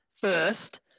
first